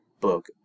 book